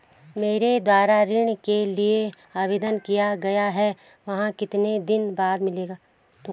मेरे द्वारा ऋण के लिए आवेदन किया गया है वह कितने दिन बाद मिलेगा?